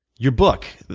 your book,